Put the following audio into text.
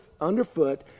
underfoot